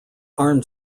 armed